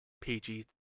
PG